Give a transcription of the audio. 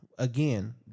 Again